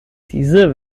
diese